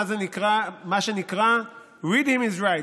מה שנקרא Read him his rights,